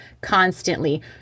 constantly